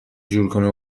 جورکنه